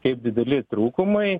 kaip dideli trūkumai